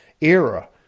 era